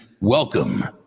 Welcome